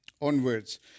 onwards